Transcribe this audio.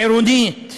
עירונית,